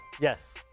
Yes